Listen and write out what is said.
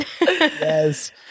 Yes